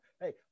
hey